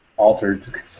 altered